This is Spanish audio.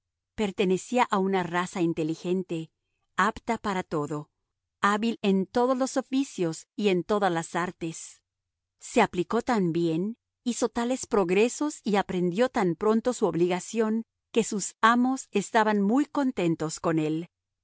pertenecía a una raza inteligente apta para todo hábil en todos los oficios y en todas las artes se aplicó tan bien hizo tales progresos y aprendió tan pronto su obligación que sus amos estaban muy contentos de él